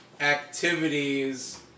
Activities